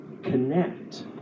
Connect